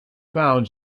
found